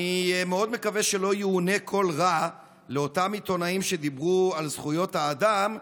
אני מאוד מקווה שלא יאונה כל רע לאותם עיתונאים שדיברו על זכויות האדם,